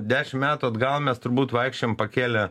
dešimt metų atgal mes turbūt vaikščiojom pakėlę